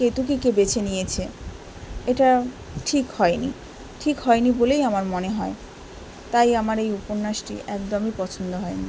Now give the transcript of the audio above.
কেতকিকে বেছে নিয়েছে এটা ঠিক হয়নি ঠিক হয়নি বলেই আমার মনে হয় তাই আমার এই উপন্যাসটি একদমই পছন্দ হয়নি